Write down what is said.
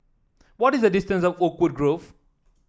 what is the distance to Oakwood Grove